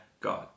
God